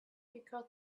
because